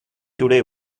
today